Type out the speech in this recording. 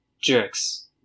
jerks